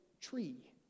tree